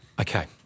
Okay